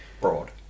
broad